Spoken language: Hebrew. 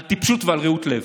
על טיפשות ועל רעות לב.